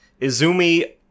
Izumi